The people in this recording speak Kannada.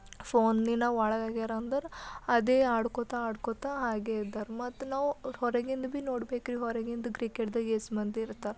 ಫೋನ್ಲಿನ ಒಳಗಾಗ್ಯರ ಅಂದರೆ ಅದೇ ಆಡ್ಕೊಳ್ತಾ ಆಡ್ಕೊಳ್ತಾ ಹಾಗೇ ಇದ್ದರೆ ಮತ್ತು ನಾವು ಹೊರಗಿಂದ ಭೀ ನೋಡ್ಬೇಕ್ರೀ ಹೊರಗಿಂದ ಕ್ರಿಕೆಟ್ದಾಗ ಎಷ್ಟು ಮಂದಿ ಇರ್ತಾರೆ